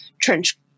trench